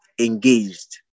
engaged